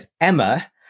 Emma